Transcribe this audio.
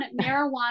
marijuana